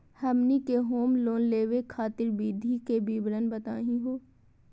हमनी के home loan लेवे खातीर विधि के विवरण बताही हो?